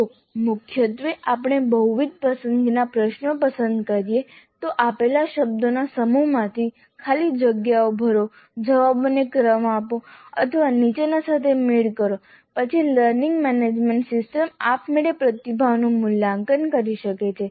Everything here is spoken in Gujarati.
જો મુખ્યત્વે આપણે બહુવિધ પસંદગીના પ્રશ્નો પસંદ કરીએ તો આપેલા શબ્દોના સમૂહમાંથી ખાલી જગ્યાઓ ભરો જવાબોને ક્રમ આપો અથવા નીચેના સાથે મેળ કરો પછી લર્નિંગ મેનેજમેન્ટ સિસ્ટમ આપમેળે પ્રતિભાવોનું મૂલ્યાંકન કરી શકે છે